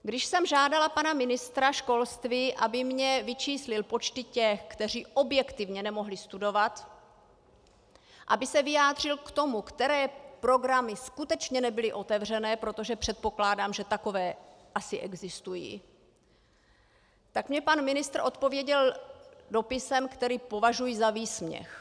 Když jsem žádala pana ministra školství, aby mi vyčíslil počty těch, kteří objektivně nemohli studovat, aby se vyjádřil k tomu, které programy skutečně nebyly otevřené, protože předpokládám, že takové asi existují, tak mi pan ministr odpověděl dopisem, který považuji za výsměch.